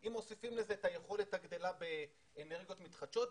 אם מוסיפים לזה את היכולת הגדלה באנרגיות מתחדשות,